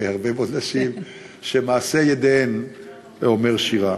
הרבה מאוד נשים שמעשה ידיהן אומר שירה.